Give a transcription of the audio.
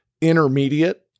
intermediate